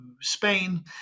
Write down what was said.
Spain